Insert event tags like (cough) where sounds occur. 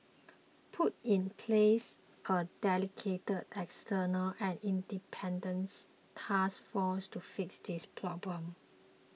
(noise) put in place a dedicated external and independents task force to fix these problems